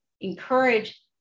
encourage